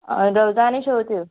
रोजां आनी शेंवत्यो